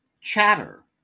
Chatter